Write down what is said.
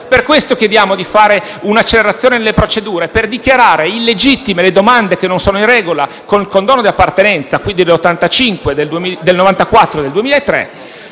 per questo che chiediamo un’accelerazione delle procedure per dichiarare illegittime le domande che non sono in regola con il condono di appartenenza (quindi i condoni del 1985, del 1994